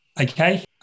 okay